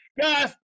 Guys